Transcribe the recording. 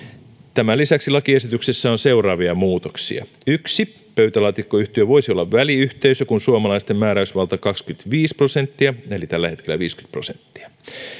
tämän lisäksi lakiesityksessä on seuraavia muutoksia yksi pöytälaatikkoyhtiö voisi olla väliyhteisö kun suomalaisten määräysvalta on kaksikymmentäviisi prosenttia tällä hetkellä viisikymmentä prosenttia